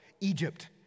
Egypt